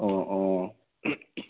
অঁ অঁ